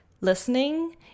listening